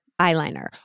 eyeliner